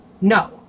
no